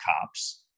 cops